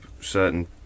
certain